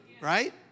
right